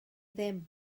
ddim